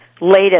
latest